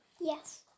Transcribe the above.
Yes